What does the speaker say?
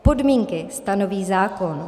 Podmínky stanoví zákon.